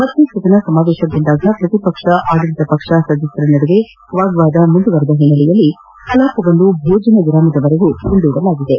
ಮತ್ತೆ ಸದನ ಸಮಾವೇಶಗೊಂಡಾಗ ಪ್ರತಿಪಕ್ಷ ಆಡಳಿತ ಪಕ್ಷ ಸದಸ್ಯರ ನಡುವೆ ವಾಗ್ವಾದ ಮುಂದುವರೆದ ಹಿನ್ನೆಲೆಯಲ್ಲಿ ಕಲಾಪವನ್ನು ಭೋಜನ ವಿರಾಮದವರೆಗೂ ಮುಂದೂಡಲಾಯಿತು